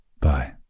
bye